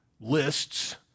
lists